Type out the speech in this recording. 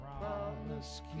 promise